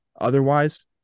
Otherwise